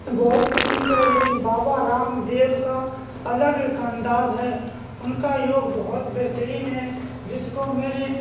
بہت قسم کے ہیں لیكن بابا رام دیو کا الگ ایک انداز ہے ان کا یوگ بہت بہترین ہے جس کو میرے